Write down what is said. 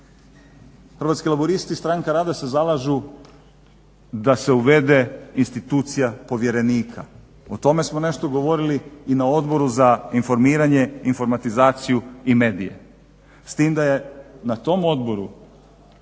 Hrvatski laburisti-Stranka rada se zalažu da se uvede institucija povjerenika. O tome smo nešto govorili i na Odboru za informiranje, informatizaciju i medije s tim da je na tom odboru